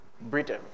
Britain